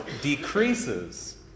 decreases